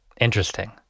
interesting